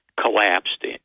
collapsed